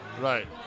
Right